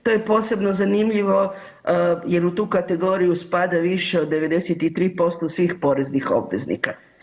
To je posebno zanimljivo jer u tu kategoriju spada više od 93% svih poreznih obveznika.